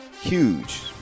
huge